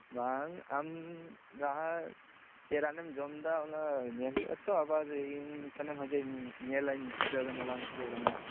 ᱵᱟᱝ ᱟᱢ ᱡᱟᱦᱟᱸ ᱪᱮᱫ ᱨᱟᱱᱮᱢ ᱡᱚᱢᱮᱫᱟ ᱚᱱᱟ ᱧᱮᱞ ᱦᱩᱭᱩᱜ ᱟ ᱛᱚ ᱟᱵᱟᱨ ᱤᱧ ᱴᱷᱮᱱᱮᱢ ᱦᱤᱡᱩᱜ ᱟ ᱤᱧ ᱧᱮᱞᱟᱹᱧ ᱪᱮᱠᱟ ᱠᱟᱱᱟ ᱵᱟᱝ ᱪᱤᱠᱟ ᱠᱟᱱᱟ